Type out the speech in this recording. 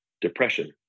depression